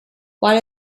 while